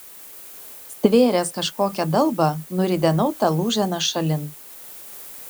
stvėręs kažkokią dalbą nuridenau tą lūženą šalin